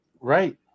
Right